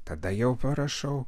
tada jau parašau